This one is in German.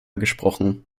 gesprochen